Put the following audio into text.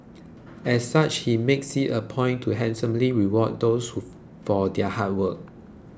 as such he makes it a point to handsomely reward them for their hard work